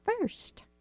first